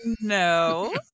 No